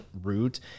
route